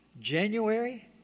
January